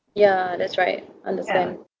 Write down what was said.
ya that's right understand